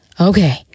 Okay